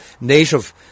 native